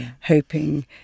hoping